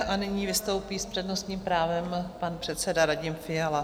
A nyní vystoupí s přednostním právem pan předseda Radim Fiala.